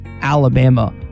Alabama